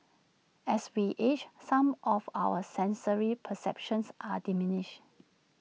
as we age some of our sensory perceptions are diminished